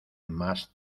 más